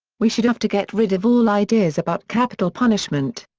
we should have to get rid of all ideas about capital punishment.